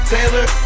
Taylor